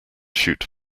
shoot